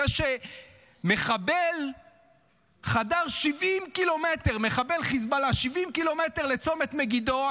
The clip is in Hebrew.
זה שמחבל חיזבאללה חדר 70 קילומטר לצומת מגידו,